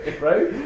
Right